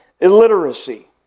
illiteracy